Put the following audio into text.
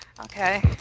Okay